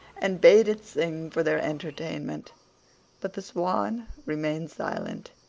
and bade it sing for their entertainment but the swan remained silent.